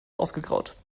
ausgegraut